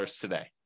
today